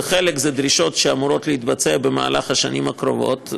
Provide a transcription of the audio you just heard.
וחלק זה דרישות שאמורות להתבצע בשנים הקרובות,